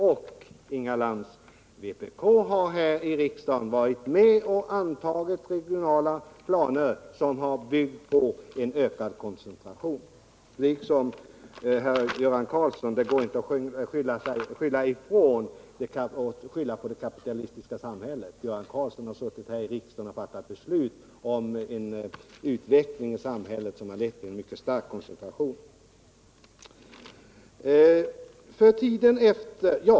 Och, Inga Lantz, vpk har här i riksdagen varit med om att anta regionala planer, som har byggt på en ökad koncentration. Samma sak gäller Göran Karlsson. Det går inte att skylla på det kapitalistiska samhället. Också Göran Karlsson har varit med om att fatta beslut om den utveckling i samhället som har lett till en mycket stark koncentration.